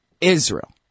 Israel